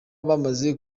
bamaze